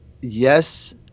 yes